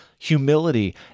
Humility